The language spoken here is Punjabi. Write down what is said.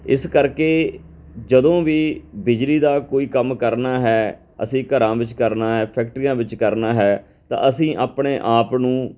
ਇਸ ਕਰਕੇ ਜਦੋਂ ਵੀ ਬਿਜਲੀ ਦਾ ਕੋਈ ਕੰਮ ਕਰਨਾ ਹੈ ਅਸੀਂ ਘਰਾਂ ਵਿੱਚ ਕਰਨਾ ਹੈ ਫੈਕਟਰੀਆਂ ਵਿੱਚ ਕਰਨਾ ਹੈ ਤਾਂ ਅਸੀਂ ਆਪਣੇ ਆਪ ਨੂੰ